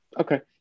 Okay